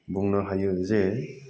बुंनो हायो जे